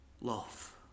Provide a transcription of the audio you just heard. love